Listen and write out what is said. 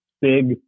big